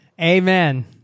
Amen